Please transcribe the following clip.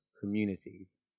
communities